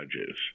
judges